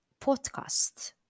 podcast